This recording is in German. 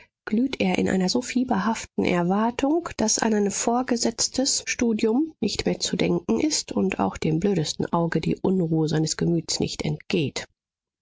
glüht er in einer so fieberhaften erwartung daß an ein vorgesetztes studium nicht mehr zu denken ist und auch dem blödesten auge die unruhe seines gemüts nicht entgeht